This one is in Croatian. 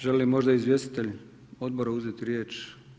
Žele li možda izvjestitelji odbora uzeti riječ?